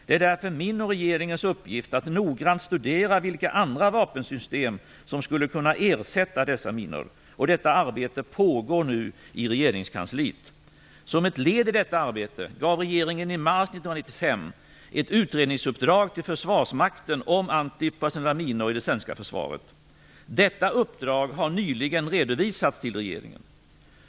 Det är därför min och regeringens uppgift att noggrant studera vilka andra vapensystem som skulle kunna ersätta dessa minor, och detta arbete pågår nu i regeringskansliet. Som ett led i detta arbete gav regeringen i mars 1995 ett utredningsuppdrag till Försvarsmakten om antipersonella minor i det svenska försvaret. Detta uppdrag har nyligen redovisats till regeringen.